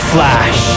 Flash